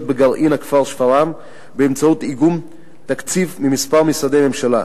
בגרעין הכפר שפרעם באמצעות איגום תקציב מכמה משרדי ממשלה.